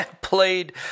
played